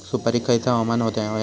सुपरिक खयचा हवामान होया?